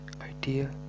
idea